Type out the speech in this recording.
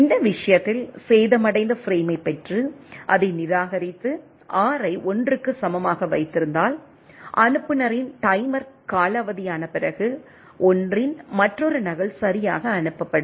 இந்த விஷயத்தில் சேதமடைந்த பிரேமைப் பெற்று அதை நிராகரித்து R ஐ 1 க்கு சமமாக வைத்திருந்தால் அனுப்புநரின் டைமர் காலாவதியான பிறகு 1 இன் மற்றொரு நகல் சரியாக அனுப்பப்படும்